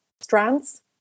strands